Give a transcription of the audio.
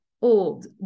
old